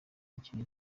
ikintu